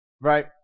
Right